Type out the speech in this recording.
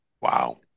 Wow